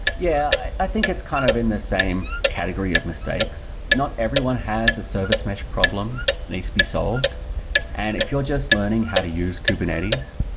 yeah. i think it's kind of in the same category of mistakes. not everyone has a service mesh problem that needs to be solved and if you're just learning how to use kubernetes,